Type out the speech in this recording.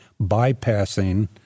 bypassing